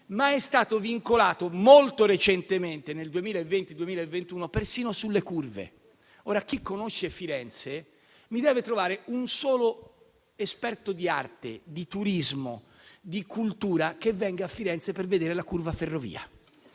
è stato vincolato persino sulle curve. Ora, chi conosce Firenze mi deve trovare un solo esperto di arte, di turismo e di cultura che venga a Firenze per vedere la curva Ferrovia.